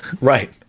Right